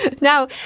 Now